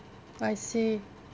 I see